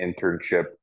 internship